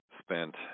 spent